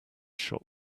shop